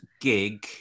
gig